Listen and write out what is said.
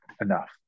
enough